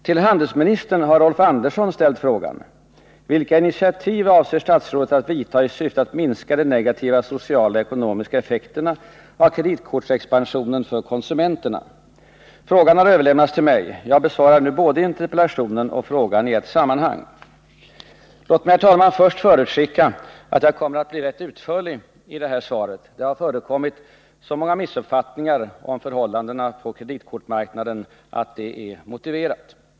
Till handelsministern har Rolf Andersson ställt frågan: Frågan har överlämnats till mig. Jag besvarar nu både interpellationen och frågan i ett sammanhang. Låt mig, herr talman, först förutskicka att jag kommer att bli ganska utförlig i detta svar. Det har förekommit så många missuppfattningar om förhållandena på kreditkortsmarknaden att det är motiverat.